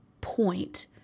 point